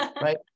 Right